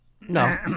No